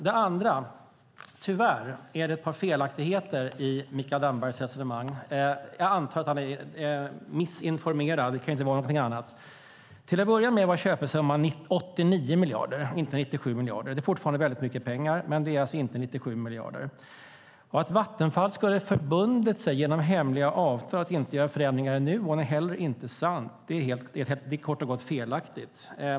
Det andra är att det tyvärr är ett par felaktigheter i Mikael Dambergs resonemang. Jag antar att han är missinformerad. Det kan inte bero på något annat. Till att börja med var köpesumman 89 miljarder och inte 97 miljarder. Det är fortfarande väldigt mycket pengar, men köpesumman var alltså inte 97 miljarder. Att Vattenfall genom hemliga avtal skulle ha förbundit sig att inte göra förändringar i Nuon är heller inte sant. Det är kort och gott felaktigt.